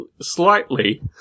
slightly